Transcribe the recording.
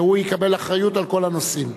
שיקבל אחריות על כל הנושאים.